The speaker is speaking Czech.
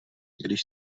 když